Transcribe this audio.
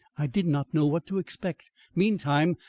i did not know what to expect meantime,